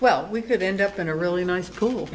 well we could end up in a really nice pool